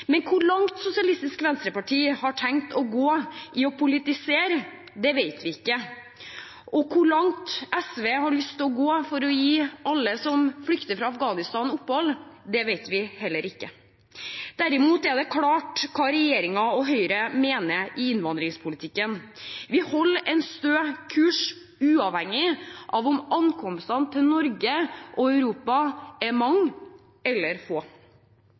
Men hvor langt SV har tenkt å gå i det å politisere, vet vi ikke. Hvor langt SV har lyst til å gå for å gi opphold til alle som flykter fra Afghanistan, vet vi heller ikke. Derimot er det klart hva regjeringen og Høyre mener i innvandringspolitikken. Vi holder en stø kurs, uavhengig av om ankomstene til Norge og Europa er mange eller få.